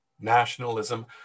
nationalism